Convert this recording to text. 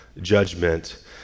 judgment